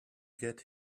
get